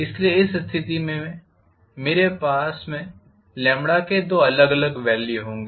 इसलिए इस स्थिति में मेरे पास वास्तव में के दो अलग अलग वेल्यू होंगे